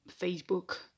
Facebook